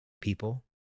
people